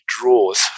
draws